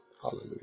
Hallelujah